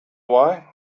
why